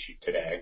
today